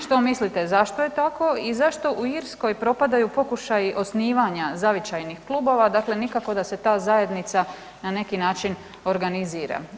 Što mislite zašto je tako i zašto u Irskoj propadaju pokušaji osnivanja zavičajnih klubova, dakle nikako da se ta zajednica na neki način organizira.